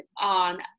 on